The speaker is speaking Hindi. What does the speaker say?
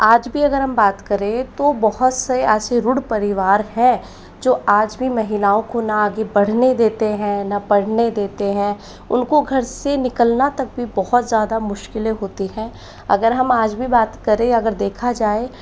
आज भी अगर हम बात करें तो बहुत से ऐसे रूढ़ परिवार हैं जो आज भी महिलाओं को न आगे बढ़ने देते हैं न पढ़ने देते हैं उनको घर से निकलना तक भी बहुत ज़्यादा मुश्किलें होती है अगर हम आज भी बात करें अगर देखा जाए तो